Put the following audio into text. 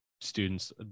students